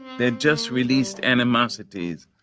their just-released animosities,